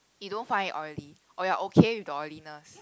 you don't find it oily or you're okay with the oiliness